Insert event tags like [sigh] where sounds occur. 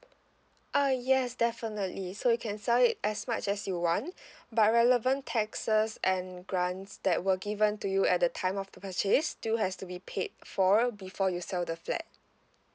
uh yes definitely so you can sell it as much as you want [breath] but relevant taxes and grants that were given to you at the time of the purchase still has to be paid for before you sell the flat